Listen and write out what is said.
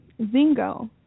Zingo